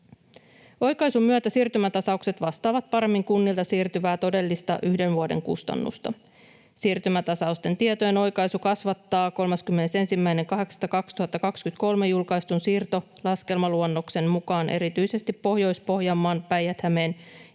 Oikaisun myötä siirtymätasaukset vastaavat paremmin kunnilta siirtyvää todellista yhden vuoden kustannusta. Siirtymätasausten tietojen oikaisu kasvattaa 31.8.2023 julkaistun siirtolaskelmaluonnoksen mukaan erityisesti Pohjois-Pohjanmaan, Päijät-Hämeen